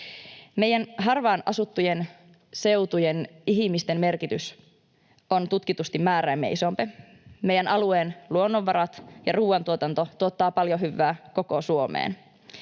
Meidän harvaan asuttujen seutujen ihmisten merkitys on tutkitusti määräämme isompi. Meidän alueemme luonnonvarat ja ruoantuotanto tuottavat paljon hyvää koko Suomeen,